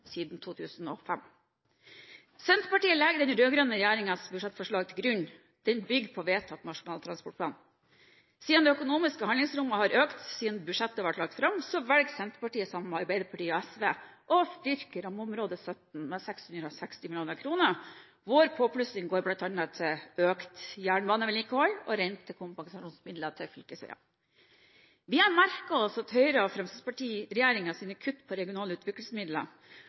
siden 2005. Senterpartiet legger den rød-grønne regjeringens budsjettforslag til grunn, det bygger på vedtatt Nasjonal transportplan. Siden det økonomiske handlingsrommet har økt siden budsjettet ble lagt fram, velger Senterpartiet, sammen med Arbeiderpartiet og SV, å styrke rammeområde l7 med 660 mill kr. Vår påplussing går bl.a. til økt jernbanevedlikehold og rentekompensasjonsmidler til fylkesveier. Vi har merket oss Høyre–Fremskrittsparti-regjeringens kutt på regionale utviklingsmidler,